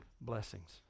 blessings